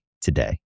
today